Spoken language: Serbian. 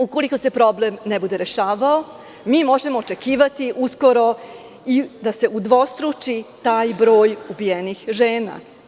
Ukoliko se problem ne bude rešavao, mi možemo uskoro očekivati i da se udvostruči taj broj ubijenih žena.